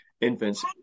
infants